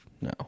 No